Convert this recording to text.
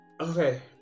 okay